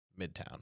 Midtown